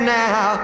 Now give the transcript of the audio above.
now